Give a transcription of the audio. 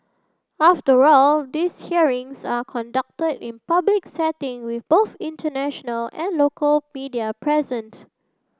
after all these hearings are conducted in public setting with both international and local media present